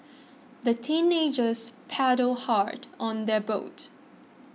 the teenagers paddled hard on their boat